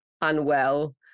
unwell